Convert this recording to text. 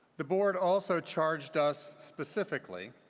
the board also charged us, specifically,